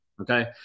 Okay